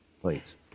please